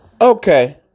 Okay